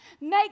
make